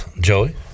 Joey